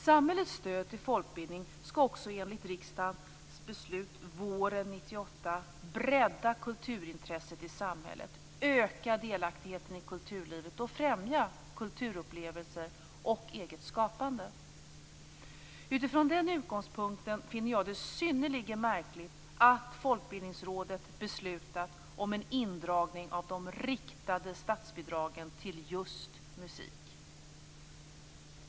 Samhällets stöd till folkbildning skall också enligt riksdagens beslut våren 1998 bredda kulturintresset i samhället, öka delaktigheten i kulturlivet och främja kulturupplevelser och eget skapande. Utifrån den utgångspunkten finner jag det synnerligen märkligt att Folkbildningsrådet beslutat om en indragning av de riktade statsbidragen till just musik.